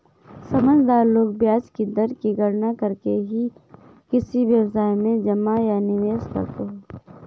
समझदार लोग ब्याज दर की गणना करके ही किसी व्यवसाय में जमा या निवेश करते हैं